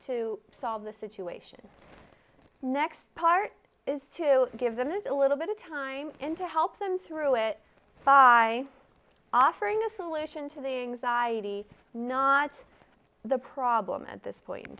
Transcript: to solve this situation next part is to give them this a little bit of time in to help them through it by offering a solution to the anxiety not the problem at this point in